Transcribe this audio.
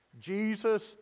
jesus